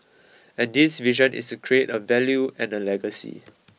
and this vision is to create a value and a legacy